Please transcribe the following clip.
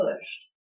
pushed